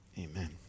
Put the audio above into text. amen